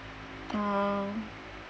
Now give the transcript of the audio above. oh